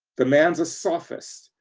the man's a sophist.